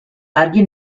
argi